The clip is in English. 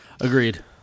agreed